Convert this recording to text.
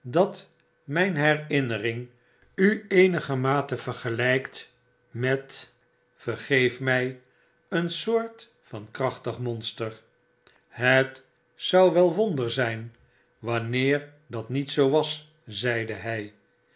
dat myn herinnering u eenigermate vergelykt met vergeef my een soort van krachtig monster het zou wel wonder zijn wanneer dat niet zoo was zeide by